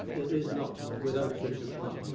it is not, without such a plan.